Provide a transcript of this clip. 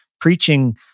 preaching